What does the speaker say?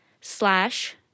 slash